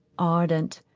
ardent,